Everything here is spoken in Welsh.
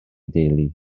deulu